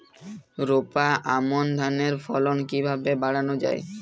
রোপা আমন ধানের ফলন কিভাবে বাড়ানো যায়?